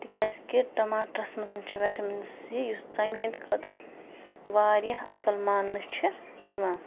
تِکیٛازِ کہِ ٹماٹرَس منٛز چھِ وٮ۪ٹَمَن سی یُس ژَمہِ ہِنٛدۍ خٲطرٕ واریاہ اَصٕل مانٛنہٕ چھِ یِوان